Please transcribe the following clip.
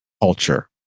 culture